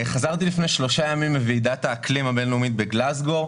חזרתי לפני שלושה ימים מוועידת האקלים הבין-לאומית בגלזגו.